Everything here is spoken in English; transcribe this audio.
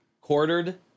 quartered